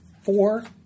four